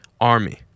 army